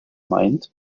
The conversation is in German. meint